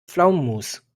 pflaumenmus